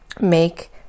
Make